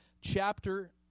chapter